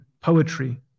poetry